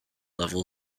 level